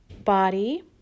body